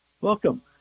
Welcome